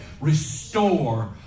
restore